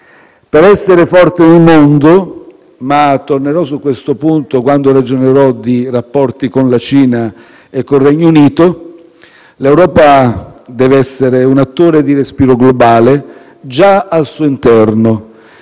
Per essere forte nel mondo - tornerò su questo punto quando ragionerò di rapporti con la Cina e con il Regno Unito - l'Europa deve essere un attore di respiro globale già al suo interno,